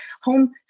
home